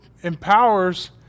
empowers